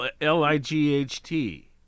L-I-G-H-T